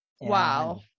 Wow